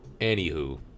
Anywho